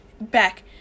back